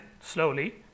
slowly